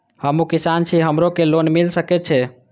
हमू किसान छी हमरो के लोन मिल सके छे?